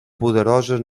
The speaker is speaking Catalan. poderosa